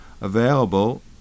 available